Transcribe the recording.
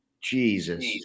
Jesus